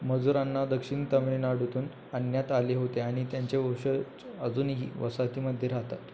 मजुरांना दक्षिण तामिळनाडूतून आणण्यात आले होते आणि त्यांचे वंशज अजूनही वसाहतीमध्ये राहतात